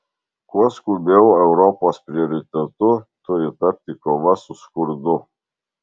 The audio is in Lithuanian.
kuo skubiau europos prioritetu turi tapti kova su skurdu